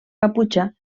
caputxa